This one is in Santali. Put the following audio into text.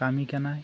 ᱠᱟᱹᱢᱤ ᱠᱟᱱᱟᱭ